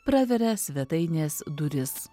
praveria svetainės duris